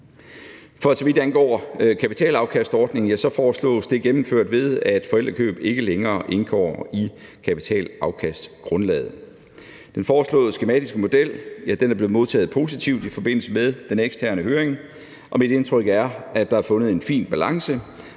For så vidt angår kapitalafkastordningen, foreslås det gennemført, ved at forældrekøb ikke længere indgår i kapitalafkastgrundlaget. Den foreslåede skematiske model er blevet modtaget positivt i forbindelse med den eksterne høring, og mit indtryk er, at der er fundet en fin balance,